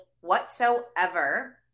whatsoever